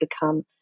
become